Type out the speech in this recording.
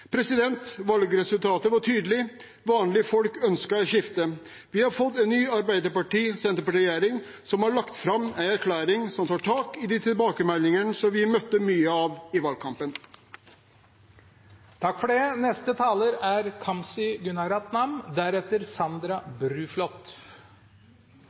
Valgresultatet var tydelig: Vanlige folk ønsket et skifte. Vi har fått en ny Arbeiderparti–Senterparti-regjering som har lagt fram en erklæring som tar tak i de tilbakemeldingene som vi møtte mange av i valgkampen.